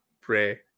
pray